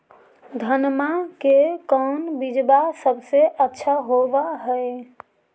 धनमा के कौन बिजबा सबसे अच्छा होव है?